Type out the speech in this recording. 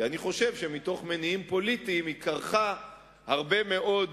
כי אני חושב שמתוך מניעים פוליטיים היא כרכה הרבה מאוד